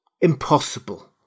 Impossible